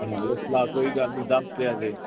ਕੋਈ ਗੱਲ ਨਹੀਂ ਦੱਸ ਦਿਓ ਜੇ